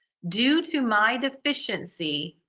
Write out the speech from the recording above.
due to my efficiency,